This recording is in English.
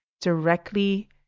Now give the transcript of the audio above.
directly